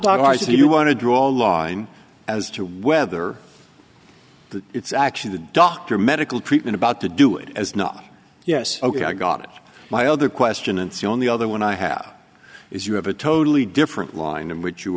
if you want to draw laws as to whether it's actually the doctor medical treatment about to do it as not yes ok i got my other question and so on the other one i have is you have a totally different line in which you